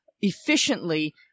efficiently